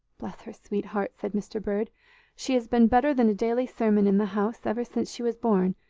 bless her sweet heart, said mr. bird she has been better than a daily sermon in the house ever since she was born,